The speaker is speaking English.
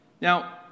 Now